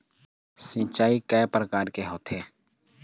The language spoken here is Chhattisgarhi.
सिचाई कय प्रकार के होये?